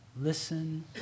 listen